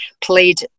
played